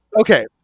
Okay